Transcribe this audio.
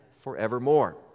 forevermore